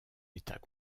état